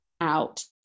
out